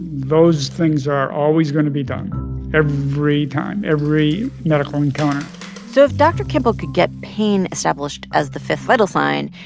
those things are always going to be done every time, every medical encounter so if dr. campbell could get pain established as the fifth vital sign,